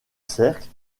cercles